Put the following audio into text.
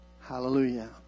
Hallelujah